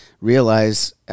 realize